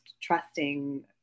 trusting